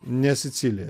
ne sicilija